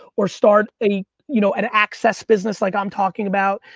or start an you know and access business like i'm talking about,